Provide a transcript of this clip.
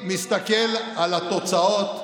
אני מסתכל על התוצאות.